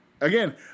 again